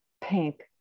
pink